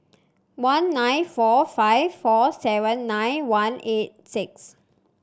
one nine four five four seven nine one eight six